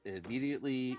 immediately